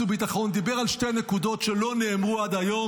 וביטחון על שתי נקודות שלא נאמרו עד היום,